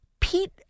Pete